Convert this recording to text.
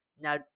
Now